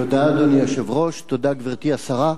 תודה, אדוני היושב-ראש, תודה, גברתי השרה,